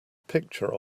picture